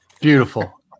beautiful